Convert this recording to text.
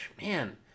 Man